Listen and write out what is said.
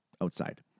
outside